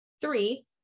Three